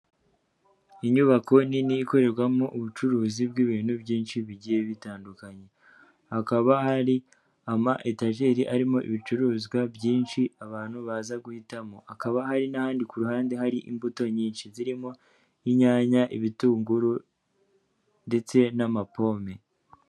Inyubako nini ikorerwamo ubucuruzi bw'ibintu byinshi bigiye bitandukanye, hakaba hari ama etajeri arimo ibicuruzwa byinshi abantu baza guhitamo, hakaba hari n'ahandi ku ruhande hari imbuto nyinshi zirimo inyanya, ibitunguru ndetse n'amapome.